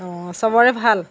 অঁ চবৰে ভাল